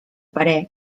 parer